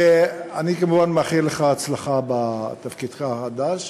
אני, כמובן, מאחל לך הצלחה בתפקידך החדש.